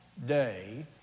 Day